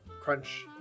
Crunch